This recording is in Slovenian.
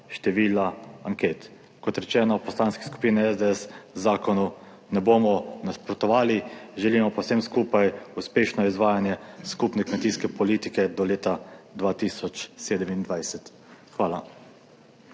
števila anket. Kot rečeno, v Poslanski skupini SDS zakonu ne bomo nasprotovali, želimo pa vsem skupaj uspešno izvajanje skupne kmetijske politike do leta 2027. Hvala.